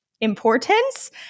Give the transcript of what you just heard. importance